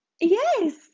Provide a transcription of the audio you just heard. yes